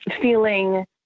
feeling